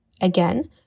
Again